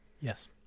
Yes